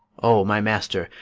o my master!